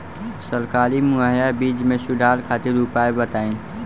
सरकारी मुहैया बीज में सुधार खातिर उपाय बताई?